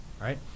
right